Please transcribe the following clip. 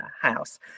house